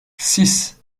six